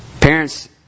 Parents